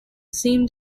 seem